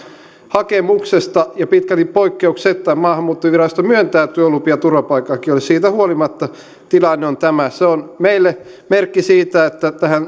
hakemuksesta ja pitkälti poikkeuksetta maahanmuuttovirasto myöntää työlupia turvapaikanhakijoille siitä huolimatta tilanne on tämä se on meille merkki siitä että tähän